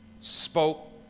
spoke